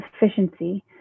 efficiency